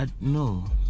no